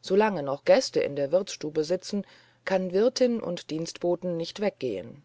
solange noch gäste in der wirtsstube sitzen kann wirtin und dienstboten nicht weggehen